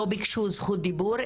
ביקשו זכות דיבור.